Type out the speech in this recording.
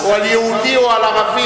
או על יהודי או על ערבי.